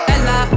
Ella